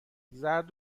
زرد